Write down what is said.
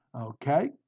Okay